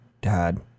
Dad